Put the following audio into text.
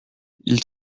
ils